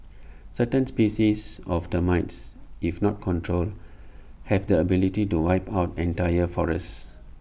certain species of termites if not controlled have the ability to wipe out entire forests